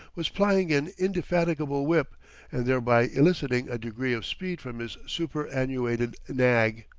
was plying an indefatigable whip and thereby eliciting a degree of speed from his superannuated nag,